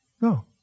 No